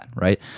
right